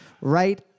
right